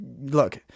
look